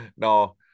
No